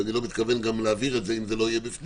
ואני לא מתכוון להעביר את זה אם זה לא יהיה בפנים,